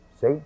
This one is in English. See